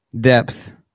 depth